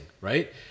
Right